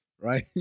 right